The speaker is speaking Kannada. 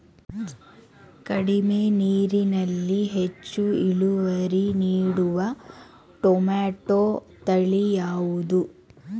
ಕಡಿಮೆ ನೀರಿನಲ್ಲಿ ಹೆಚ್ಚು ಇಳುವರಿ ನೀಡುವ ಟೊಮ್ಯಾಟೋ ತಳಿ ಯಾವುದು?